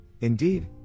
Indeed